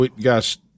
guys